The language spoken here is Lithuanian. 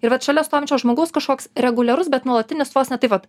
ir vat šalia stovinčio žmogaus kažkoks reguliarus bet nuolatinis vos ne taip pat